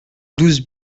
douze